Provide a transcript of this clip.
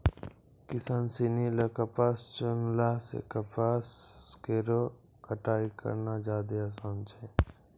किसान सिनी ल कपास चुनला सें कपास केरो कटाई करना जादे आसान छै